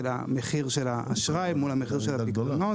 המחיר של האשראי מול המחיר של הפיקדונות.